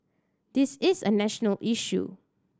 this is a national issue